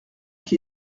qui